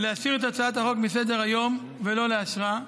להסיר את הצעת החוק מסדר-היום ולא לאשרה,